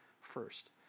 first